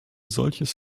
solches